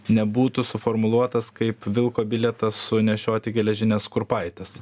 nebūtų suformuluotas kaip vilko bilietas sunešioti geležines kurpaites